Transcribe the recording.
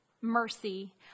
mercy